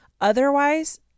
Otherwise